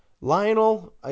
Lionel